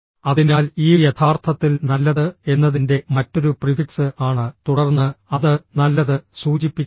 അതിനാൽ ഇയു യഥാർത്ഥത്തിൽ നല്ലത് എന്നതിന്റെ മറ്റൊരു പ്രിഫിക്സ് ആണ് തുടർന്ന് അത് നല്ലത് സൂചിപ്പിക്കുന്നു